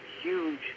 huge